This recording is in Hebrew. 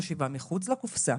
בחשיבה מחוץ לקופסא,